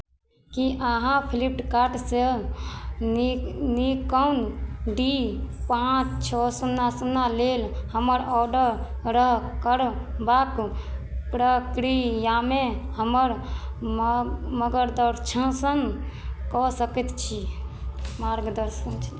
की अहाँ फ्लिपकार्टसँ नी निकॉन डी पाँच छओ शुन्ना शुन्ना लेल हमर ऑर्डर करबाक प्रक्रियामे हमर मा मगरदक्षासण कऽ सकैत छी मार्गदर्शन छै